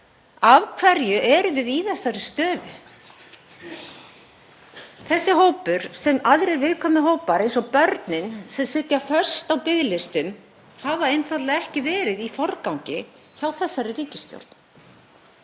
Af hverju erum við í þessari stöðu? Þessi hópur, sem aðrir viðkvæmir hópar eins og börnin sem sitja föst á biðlistum, hefur einfaldlega ekki verið í forgangi hjá þessari ríkisstjórn.